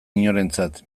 inorentzat